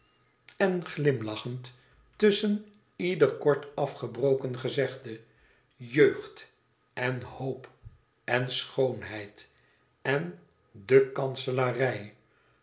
en glimlachend tusschen ieder kort afgebroken gezegde jeugd en hoop en schoonheid en de kanselarij